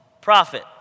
prophet